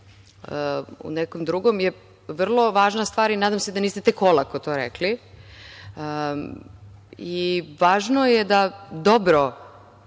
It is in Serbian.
u nekom drugom, je vrlo važna stvar i nadam ste da niste tek olako to rekli. Važno je da dobro